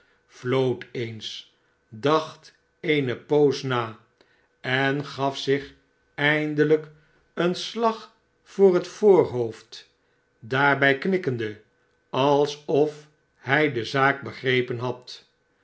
floot eens dacht eene poos na en gaf zich eindelijk een slag voor het voorhoofd daarbij knikkende alsof hij de zaak begrepen had